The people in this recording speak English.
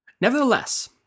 Nevertheless